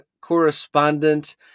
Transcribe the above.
correspondent